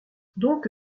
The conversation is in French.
donc